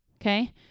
okay